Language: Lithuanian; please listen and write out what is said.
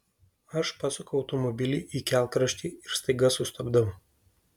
aš pasuku automobilį į kelkraštį ir staiga sustabdau